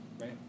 right